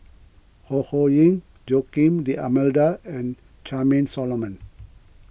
Ho Ho Ying Joaquim D'Almeida and Charmaine Solomon